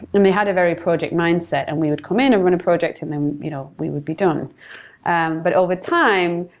they had a very project mindset and we would come in and run a project and then you know we would be done and but overtime,